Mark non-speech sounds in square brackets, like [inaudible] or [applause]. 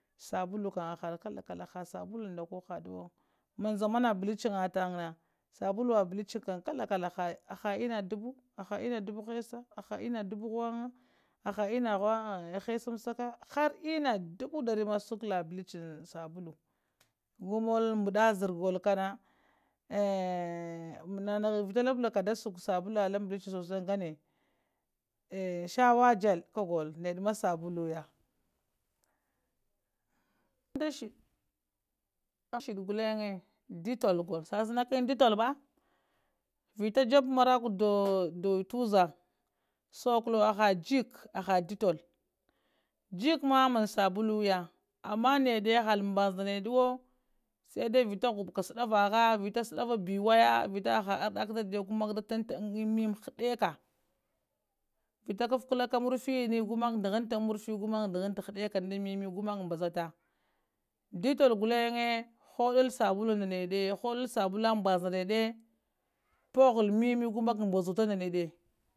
Saɓulu kam hahaɗe ƙalaƙala haha saɓulunda ƙoh haɗuwo, ma zama na bleaching na tangah na sabuluwo bleaching kam kala kala haha inna duɓu taka haha inna duɓu hessa aha inna duɓu gɦunga aha inna gɦung an hanga ahar inna hessam saka har inna dubu dari ma shukowo alla bleaching saɓulu gu mollowo mbadda zarowo ƙanna [hesitation] nanaha vita laɓɓlaka da shukowo sasulu allan bleaching ngane [hesitation] sawagel kagullowo nedema sabuluya endasiɗi gullen detol shasanaki detolba vita jeɓɓe marrakua do do yuau tuzzang shokkolowo aha jikk aha detol, jikk ma man saɓuluya ama neɗe hall mɓaza ndaneɗewo sai dai vita mɓozo ta shadahvaɦa vita shaɗa hada ɓiwaya vita aha arrɗaka taddiyo gu maƙƙa da tannha an emmi haɗek a vita ƙaffkallaka ta murufiyini gu maƙƙan dahanta an marrufi gumaka ndahanta haɗeka da emmi gu makka mbazata detol gullen huddowol sabulu ndanede huddulow sabula ndanede phollow da emmi gu nak mbazuta ndanede